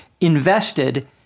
invested—